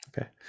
Okay